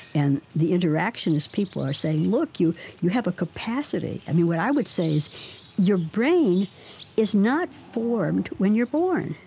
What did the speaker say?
and the interactionist people are saying, look, you you have a capacity. what i would say is your brain is not formed when you're born.